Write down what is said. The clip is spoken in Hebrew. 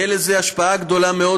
תהיה לזה השפעה גדולה מאוד,